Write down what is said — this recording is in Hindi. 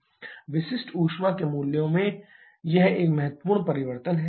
विशिष्ट ऊष्मा के मूल्य में यह एक महत्वपूर्ण परिवर्तन है